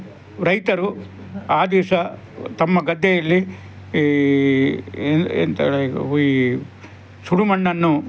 ರೈತರು ಆ ದಿವಸ ತಮ್ಮ ಗದ್ದೆಯಲ್ಲಿ ಈ ಎಂಥ ಈ ಸುಡು ಮಣ್ಣನ್ನು